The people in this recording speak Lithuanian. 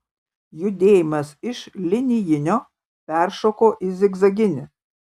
judėjimas iš linijinio peršoko į zigzaginį